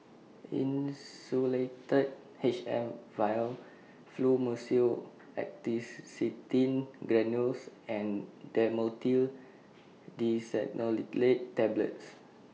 Insulatard H M Vial Fluimucil Acetylcysteine Granules and Dhamotil Diphenoxylate Tablets